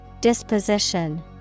Disposition